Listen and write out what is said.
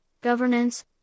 governance